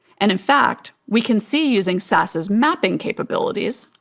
and in fact, we can see, using sas's mapping capabilities,